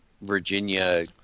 Virginia